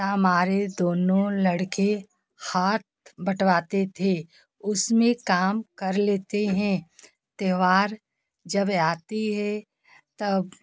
तो हमारे दोनों लड़के हाथ बटवाते थे उसमें काम कर लेते हैं त्योहार जब आती है तब